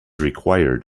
required